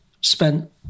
spent